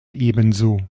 ebenso